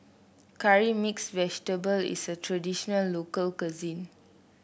Curry Mixed Vegetable is a traditional local cuisine